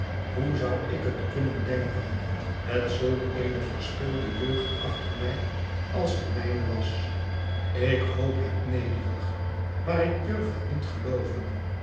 hoe zou ik het kunnen denken met zulk eene verspilde jeugd achter mij als de mijne was ik hoop het nederig maar ik durf het niet gelooven